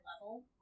level